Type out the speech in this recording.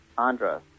Andra